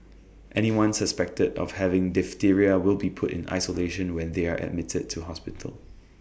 anyone suspected of having diphtheria will be put in isolation when they are admitted to hospital